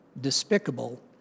despicable